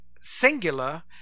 singular